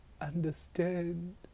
understand